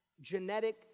Genetic